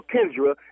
Kendra